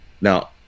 Now